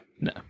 No